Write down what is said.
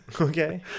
Okay